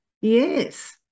Yes